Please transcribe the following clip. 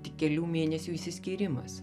tik kelių mėnesių išsiskyrimas